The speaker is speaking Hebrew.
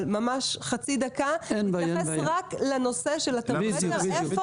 ממש חצי דקה ותתייחס רק לנושא של הטרמומטר ותגיד